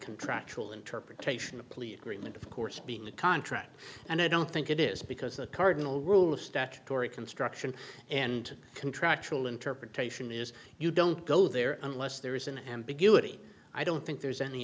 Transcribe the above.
contractual interpretation a plea agreement of course being the contract and i don't think it is because the cardinal rule of statutory construction and contractual interpretation is you don't go there unless there is an ambiguity i don't think there's any